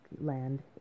land